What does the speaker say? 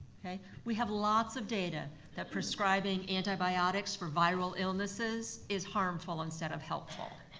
we have lots of data that prescribing antibiotics for viral illnesses is harmful instead of helpful.